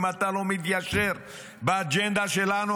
אם אתה לא מתיישר באג'נדה שלנו,